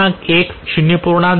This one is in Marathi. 1 0